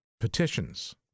petitions